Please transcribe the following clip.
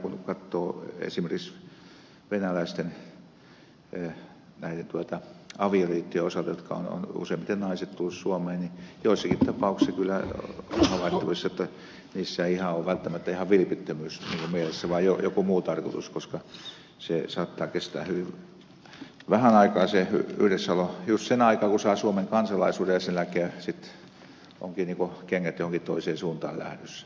kun katsoo esimerkiksi venäläisten avioliittojen osalta joissa ovat useimmiten naiset tulleet suomeen niin joissakin tapauksissa kyllä on havaittavissa että niissä ei ihan ole välttämättä vilpittömyys mielessä vaan joku muu tarkoitus koska saattaa kestää hyvin vähän aikaa se yhdessäolo just sen aikaa kun saa suomen kansalaisuuden ja sen jälkeen sitten ovatkin kengät johonkin toiseen suuntaan lähdössä